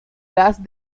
gas